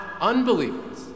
unbelievers